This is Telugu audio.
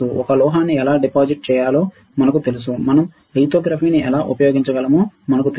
ఒక లోహాన్ని ఎలా డిపాజిట్ చేయాలో మనకు తెలుసు మనం లితోగ్రఫీని ఎలా చేయగలమో మనకు తెలుసు